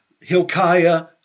Hilkiah